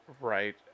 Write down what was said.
Right